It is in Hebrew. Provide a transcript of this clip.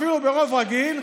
אפילו ברוב רגיל,